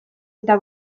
eta